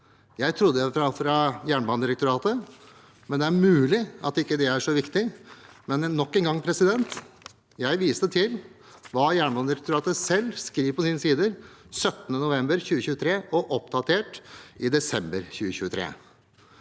Jeg trodde de var fra Jernbanedirektoratet. Det er mulig at det ikke er så viktig, men nok en gang: Jeg viste til hva Jernbanedirektoratet selv skriver på sine sider 17. november 2023 – og oppdatert i desember 2023.